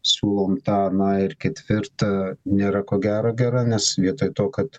siūlom tą aną ir ketvirtą nėra ko gero gera nes vietoj to kad